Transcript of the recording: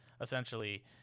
essentially